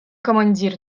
командир